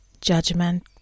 Judgment